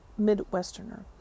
midwesterner